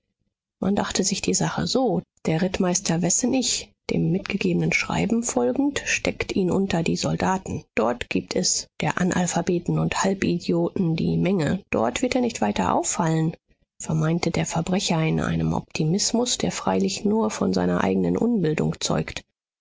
man dachte sich die sache so der rittmeister wessenig dem mitgegebenen schreiben folgend steckt ihn unter die soldaten dort gibt es der analphabeten und halbidioten die menge dort wird er nicht weiter auffallen vermeinte der verbrecher in einem optimismus der freilich nur von seiner eignen unbildung zeugt